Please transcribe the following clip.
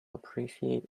appreciate